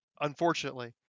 unfortunately